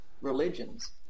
religions